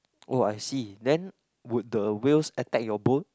oh I see then would the whales attack your boat